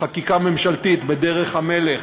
חקיקה ממשלתית בדרך המלך.